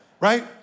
right